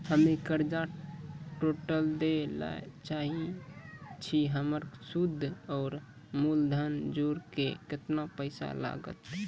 हम्मे कर्जा टोटल दे ला चाहे छी हमर सुद और मूलधन जोर के केतना पैसा लागत?